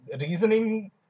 reasoning